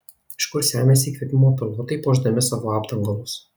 iš kur semiasi įkvėpimo pilotai puošdami savo apdangalus